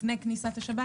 לפני כניסת השבת,